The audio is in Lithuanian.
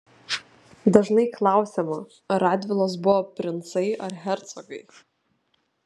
dažnai klausiama ar radvilos buvo princai ar hercogai